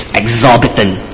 exorbitant